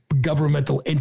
governmental